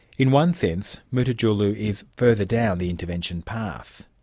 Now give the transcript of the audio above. in one sense, mutitjulu is further down the intervention path.